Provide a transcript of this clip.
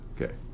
Okay